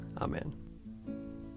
Amen